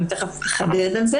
תיכף אחדד על זה